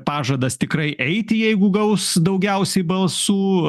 pažadas tikrai eiti jeigu gaus daugiausiai balsų